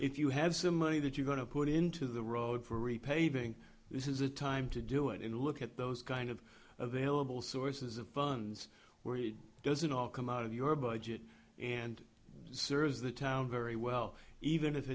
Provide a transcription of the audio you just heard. if you have some money that you're going to put into the road for repaving this is the time to do it in look at those kind of available sources of funds where it doesn't all come out of your budget and serves the town very well even if